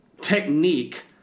technique